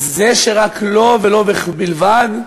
זה שרק לו, ולו בלבד,